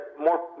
more